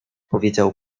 powiedział